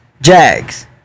Jags